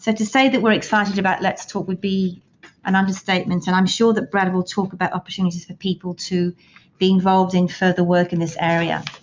to to say that we're excited about let's talk would be an understatement and i'm sure that brad will talk about opportunities for people to be involved in further work in this area.